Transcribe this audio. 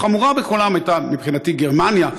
החמורה מכולן הייתה מבחינתי גרמניה,